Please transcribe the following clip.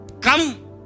come